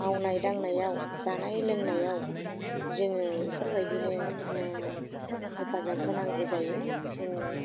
मावनाय दांनायाव जानाय लोंनायाव जोङो इफोरबायदिनो ओ हेफाजाब होनांगौ जायो जों